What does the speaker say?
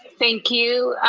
thank you.